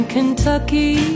Kentucky